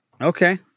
Okay